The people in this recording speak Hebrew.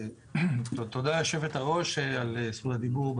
תודה יושבת הראש על זכות הדיבור.